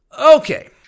Okay